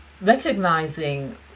recognizing